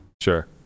sure